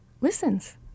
listens